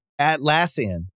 Atlassian